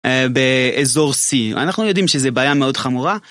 באזור C. אנחנו יודעים שזו בעיה מאוד חמורה.